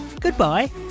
goodbye